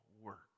work